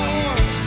Lord